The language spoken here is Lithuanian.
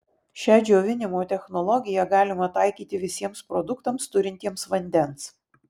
šią džiovinimo technologiją galima taikyti visiems produktams turintiems vandens